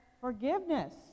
forgiveness